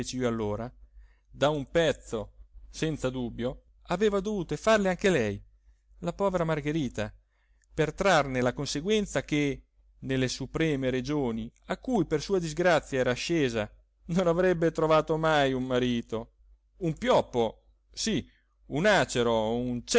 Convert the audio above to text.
allora da un pezzo senza dubbio aveva dovuto farle anche lei la povera margherita per trarne la conseguenza che nelle supreme regioni a cui per sua disgrazia era ascesa non avrebbe trovato mai un marito un pioppo sì un acero un